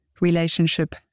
relationship